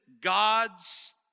God's